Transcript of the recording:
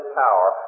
power